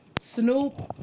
Snoop